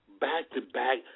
back-to-back